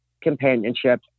companionship